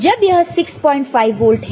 जब यह 065 वोल्ट है